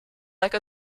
like